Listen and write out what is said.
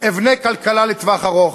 אבנה כלכלה לטווח ארוך?